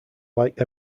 like